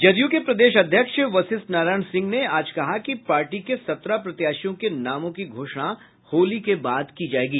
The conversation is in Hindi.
जदयू के प्रदेश अध्यक्ष वशिष्ठ नारायण सिंह ने आज कहा कि पार्टी के सत्रह प्रत्याशियों के नामों की घोषणा होली के बाद की जायेगी